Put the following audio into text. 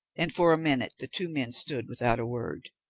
and for a minute the two men stood without a word.